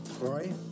Roy